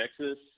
Texas